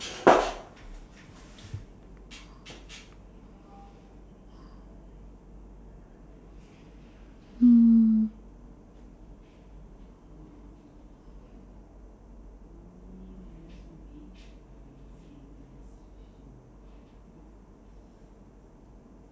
mm